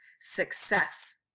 success